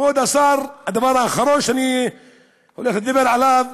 כבוד השר, הדבר האחרון שאני הולך לדבר עליו,